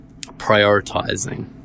prioritizing